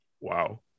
Wow